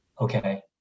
okay